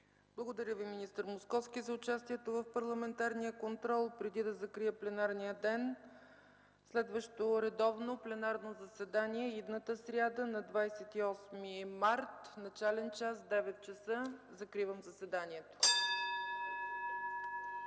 Благодаря Ви, министър Московски, за участието в парламентарния контрол. Преди да закрия пленарния ден – следващо редовно пленарно заседание идната сряда, на 28 март, с начален час 9,00 ч. Закривам заседанието. (Звъни.)